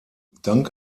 dank